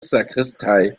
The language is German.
sakristei